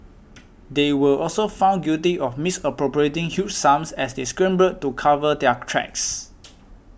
they were also found guilty of misappropriating huge sums as they scrambled to cover their tracks